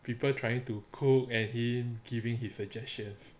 people trying to cook and him giving his suggestions